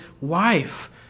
wife